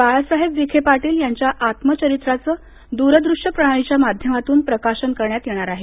बाळासाहेब विखे पाटील यांच्या आत्मचरित्राचं दुरदुश्य प्रणालीच्या माध्यमातून प्रकाशन करण्यात येणार आहे